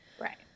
right